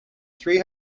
three